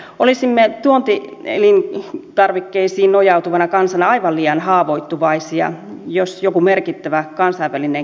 olisimme tuontielintarvikkeisiin nojautuvana kansana aivan liian haavoittuvaisia jos jokin merkittävä kansainvälinen kriisi iskisi